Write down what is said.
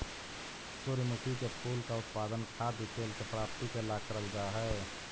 सूर्यमुखी के फूल का उत्पादन खाद्य तेल के प्राप्ति के ला करल जा हई